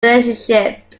relationship